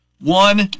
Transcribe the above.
One